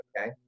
okay